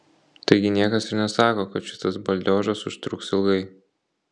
taigi niekas ir nesako kad šitas baldiožas užtruks ilgai